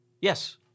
yes